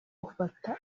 ufata